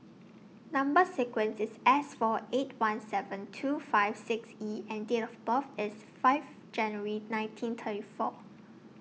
Number sequence IS S four eight one seven two five six E and Date of birth IS five January nineteen thirty four